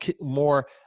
more